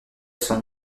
son